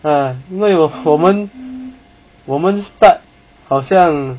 ah 因为我们我们 start 好像